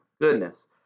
goodness